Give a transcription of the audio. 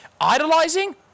Idolizing